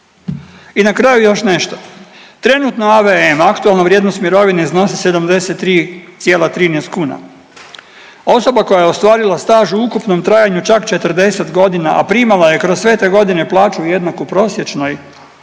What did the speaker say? I na kraju još nešto trenutno AVM, aktualna vrijednost mirovine iznosi 73,13 kuna, osoba koja je ostvarila staž u ukupnom trajanju čak 40 godina, a primala je kroz sve te godine plaću jednaku prosječnoj